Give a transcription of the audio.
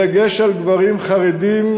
בדגש על גברים חרדים,